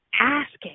asking